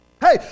Hey